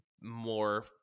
more